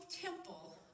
temple